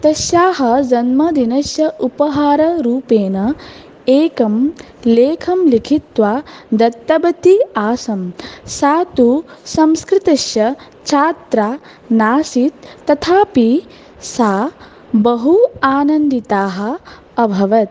तस्याः जन्मदिनस्य उपहाररूपेन एकं लेखं लिखित्वा दत्तवति आसं सा तु संस्कृतस्य छात्रा नासीत् तथापि सा बहु आनन्दिता अभवत्